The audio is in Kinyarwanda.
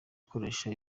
akoresha